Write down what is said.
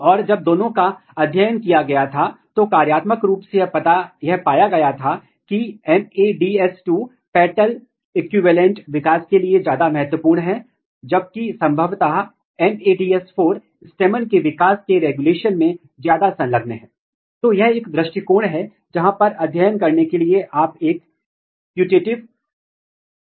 PLETHORA AP2 domain है जिसमें transcription factor है ट्रांसक्रिप्शन फ़ैक्टर का बहुत महत्वपूर्ण वर्ग जो meristem function stem cell maintenance के साथ साथ फ़्लॉवरिंग को नियंत्रित करता है लेकिन यहाँ मैं रूट एपिकल मेरिस्टेम में प्रभाव दिखा रहा हूँ